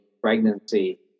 pregnancy